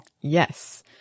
yes